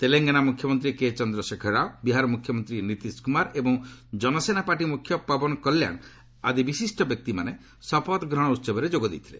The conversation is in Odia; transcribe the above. ତେଲଙ୍ଗାନା ମୁଖ୍ୟମନ୍ତ୍ରୀ କେ ଚନ୍ଦ୍ରଶେଖର ରାଓ ବିହାର ମୁଖ୍ୟମନ୍ତ୍ରୀ ନୀତିଶ କୁମାର ଏବଂ ଜନସେନା ପାର୍ଟି ମୁଖ୍ୟ ପବନ କଲ୍ୟାଣ ଆଦି ବିଶିଷ୍ଟ ବ୍ୟକ୍ତିମାନେ ଶପଥ ଗ୍ରହଣ ଉହବରେ ଯୋଗ ଦେଇଥିଲେ